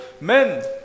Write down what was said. men